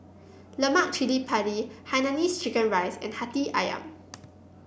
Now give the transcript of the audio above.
Lemak Cili Padi Hainanese Chicken Rice and Hati ayam